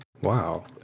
wow